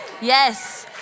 Yes